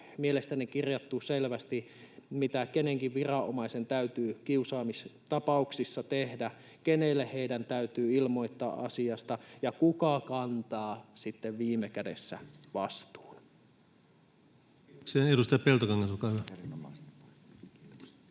mielestäni kirjattu selvästi, mitä kenenkin viranomaisen täytyy kiusaamistapauksissa tehdä, kenelle heidän täytyy ilmoittaa asiasta ja kuka kantaa sitten viime kädessä vastuun.